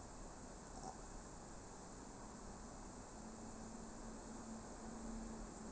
uh